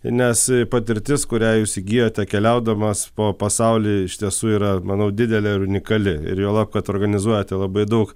nes patirtis kurią jūs įgijote keliaudamas po pasaulį iš tiesų yra manau didelė ir unikali ir juolab kad organizuojate labai daug